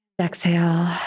exhale